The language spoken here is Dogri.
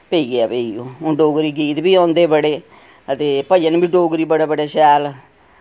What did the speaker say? पेई ऐ भई हुन डोगरी गीत वि औंदे बड़े ते भजन बी डोगरी बड़े बड़े शैल